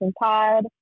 pod